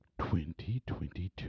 2022